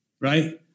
right